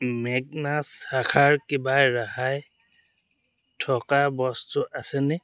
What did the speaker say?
Magnus শাখাৰ কিবা ৰেহাই থকা বস্তু আছেনে